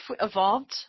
evolved